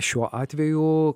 šiuo atveju